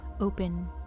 open